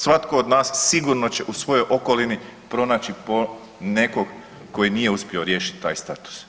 Svatko od nas sigurno će u svojoj okolini pronaći po nekog koji nije uspio riješiti taj status.